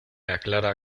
aclara